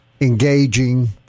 engaging